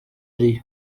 lyon